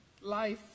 life